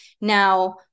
Now